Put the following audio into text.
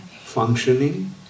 functioning